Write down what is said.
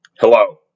Hello